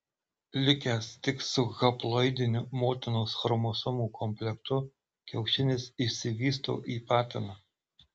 likęs tik su haploidiniu motinos chromosomų komplektu kiaušinis išsivysto į patiną